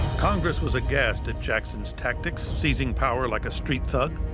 congress was aghast at jackson's tactics, seizing power like a street thug.